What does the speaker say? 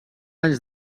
anys